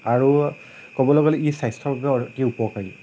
আৰু ক'বলৈ গ'লে ই স্বাস্থ্যৰ বাবে অতি উপকাৰী